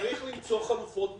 צריך למצוא חלופות מעצר,